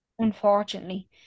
Unfortunately